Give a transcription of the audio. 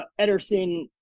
Ederson